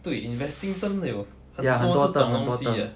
对 investing 真的有很多这种东西的